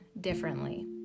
differently